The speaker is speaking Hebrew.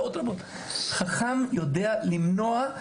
חכם יודע למנוע.